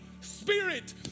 Spirit